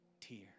tear